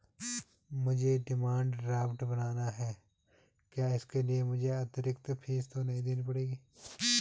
मुझे demand draft बनाना है क्या इसके लिए मुझे अतिरिक्त फीस तो नहीं देनी पड़ेगी?